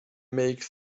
make